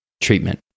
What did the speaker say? Treatment